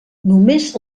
només